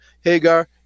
Hagar